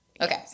Okay